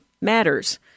matters